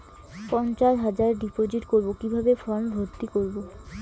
পঞ্চাশ হাজার ডিপোজিট করবো কিভাবে ফর্ম ভর্তি করবো?